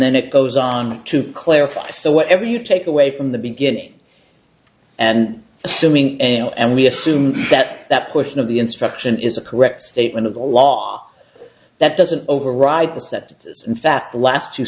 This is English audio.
then it goes on to clarify so whatever you take away from the beginning and assuming and we assume that that portion of the instruction is a correct statement of the law that doesn't override the sentences in fact the last two